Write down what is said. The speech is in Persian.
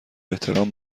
احترام